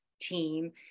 team